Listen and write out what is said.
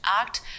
Act